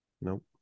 Nope